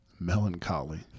Melancholy